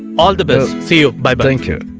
all the best see you bye but